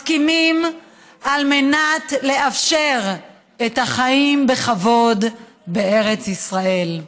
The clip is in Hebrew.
מסכימים על מנת לאפשר את החיים בכבוד בארץ ישראל.